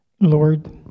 Lord